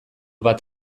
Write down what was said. bat